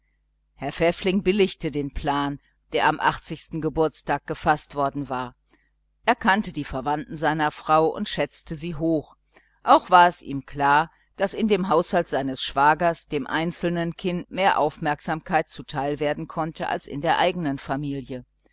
herr pfäffling billigte den plan der am achtzigsten geburtstag gefaßt worden war er kannte die verwandten seiner frau und schätzte sie hoch auch war es ihm klar daß in dem haushalt seines schwagers dem einzelnen kind mehr aufmerksamkeit zuteil werden konnte als in der eigenen familie